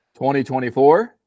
2024